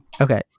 Okay